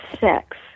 sex